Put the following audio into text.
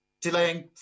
delaying